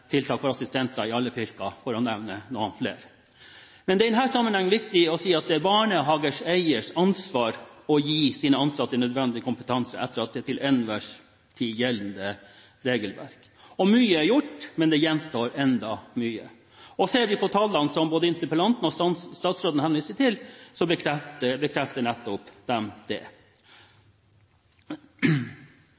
for assistenter i alle fylker, for å nevne noen. Men det er i denne sammenheng viktig å si at det er barnehageeiers ansvar å gi sine ansatte nødvendig kompetanse etter det til enhver tid gjeldende regelverk. Mye er gjort, men det gjenstår ennå mye, og ser en på tallene som både interpellanten og statsråden henviste til, bekrefter de nettopp det.